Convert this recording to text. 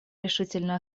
решительно